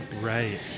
Right